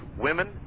women